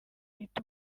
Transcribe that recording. uhita